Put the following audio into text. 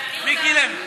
כן, אני רוצה לעלות.